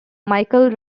michael